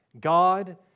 God